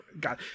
god